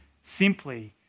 simply